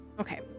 Okay